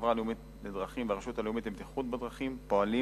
החברה הלאומית לדרכים והרשות הלאומית לבטיחות בדרכים פועלים